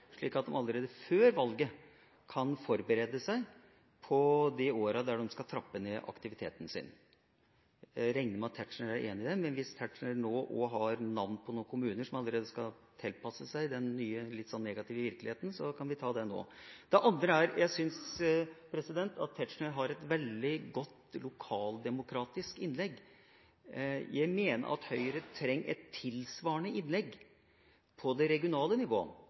slik at de allerede før valget kan forberede seg på de årene de skal trappe ned aktiviteten sin. Jeg regner med at Tetzschner er enig i det, men hvis han også har navn på noen kommuner som allerede nå skal tilpasse seg den nye, litt negative virkeligheten, kan vi ta det nå. For det andre: Jeg syns Tetzschner har et veldig godt lokaldemokratisk innlegg. Jeg mener at Høyre trenger et tilsvarende innlegg om det regionale nivået,